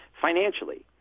financially